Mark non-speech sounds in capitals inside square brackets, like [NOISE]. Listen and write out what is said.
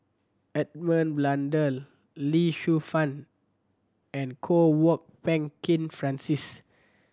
Edmund Blundell Lee Shu Fen and Kwok [UNINTELLIGIBLE] Peng Kin Francis